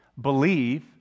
Believe